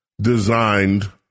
designed